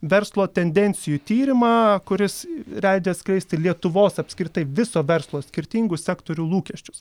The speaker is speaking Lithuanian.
verslo tendencijų tyrimą kuris leidžia atskleisti lietuvos apskritai viso verslo skirtingų sektorių lūkesčius